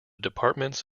departments